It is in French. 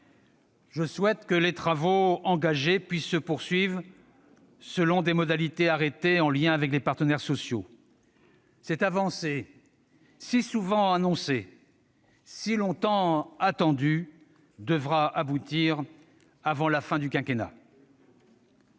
Je souhaite que les travaux engagés puissent se poursuivre selon des modalités arrêtées en lien avec les partenaires sociaux. Cette avancée, si souvent annoncée, si longtemps attendue, devra aboutir avant la fin du quinquennat.